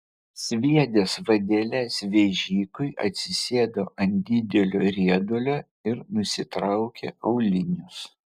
sviedęs vadeles vežikui atsisėdo ant didelio riedulio ir nusitraukė aulinius